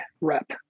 rep